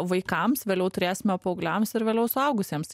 vaikams vėliau turėsime paaugliams ir vėliau suaugusiems